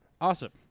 Awesome